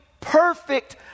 perfect